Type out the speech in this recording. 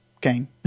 game